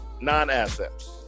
non-assets